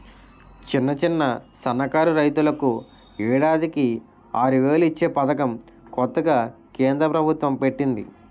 చిన్న, సన్నకారు రైతులకు ఏడాదికి ఆరువేలు ఇచ్చే పదకం కొత్తగా కేంద్ర ప్రబుత్వం పెట్టింది